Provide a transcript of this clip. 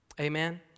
Amen